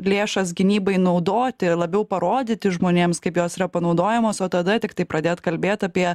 lėšas gynybai naudoti labiau parodyti žmonėms kaip jos yra panaudojamos o tada tiktai pradėt kalbėt apie